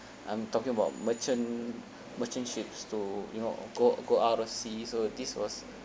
I'm talking about merchant merchant ships to you know go go out of sea so this was